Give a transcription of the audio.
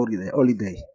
holiday